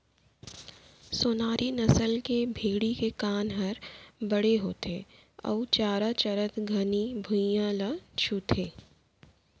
सोनारी नसल के भेड़ी के कान हर बड़े होथे अउ चारा चरत घनी भुइयां ल छूथे